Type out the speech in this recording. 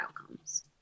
outcomes